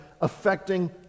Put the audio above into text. affecting